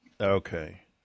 Okay